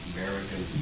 American